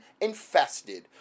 infested